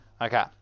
Okay